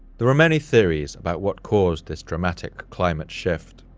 there are many theories about what caused this dramatic climate shift.